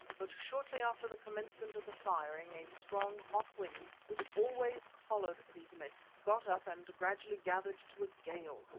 but shortly after the commencement of the firing a strong, hot wind, which always followed these mists, got up and gradually gathered to a gale,